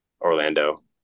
Orlando